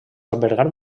albergar